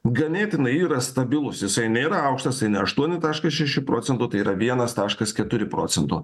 ganėtinai yra stabilus jisai nėra aukštas tai ne aštuoni taškas šeši procento tai yra vienas taškas keturi procento